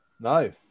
No